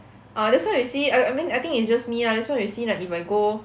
ah that's why you see I I mean I think it's just me lah that's why you see like if I go